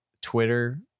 Twitter